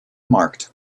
marked